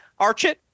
Archit